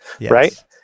Right